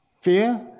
fear